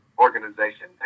organization